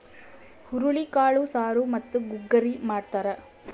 ಹುರುಳಿಕಾಳು ಸಾರು ಮತ್ತು ಗುಗ್ಗರಿ ಮಾಡ್ತಾರ